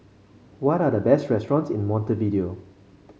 what are the best restaurants in Montevideo